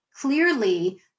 clearly